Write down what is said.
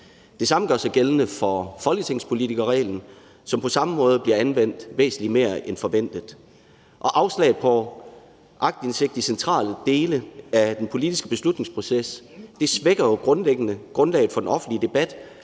Det samme gør sig gældende i forhold til folketingspolitikerreglen, som på samme måde bliver anvendt væsentlig mere end forventet. Afslag på aktindsigt i centrale dele af den politiske beslutningsproces svækker jo grundlæggende grundlaget for den offentlige debat